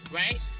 right